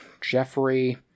Jeffrey